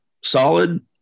solid